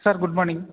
sir goodmorning